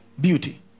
Beauty